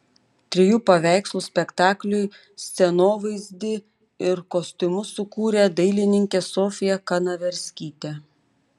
trijų paveikslų spektakliui scenovaizdį ir kostiumus sukūrė dailininkė sofija kanaverskytė